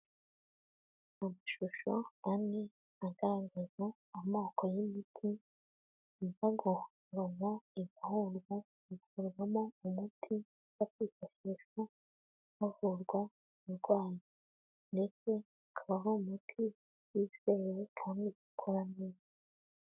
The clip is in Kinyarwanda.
Amashusho ane agaragaza amoko y'ibiti iza guromo igahurwa hakorwarwamo umuti wo kwifashishwa havurwa urwango ndetse kabaho umuti wizeye kandi ukaraniye.